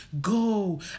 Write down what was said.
go